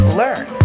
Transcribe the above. learn